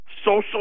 Social